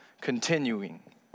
continuing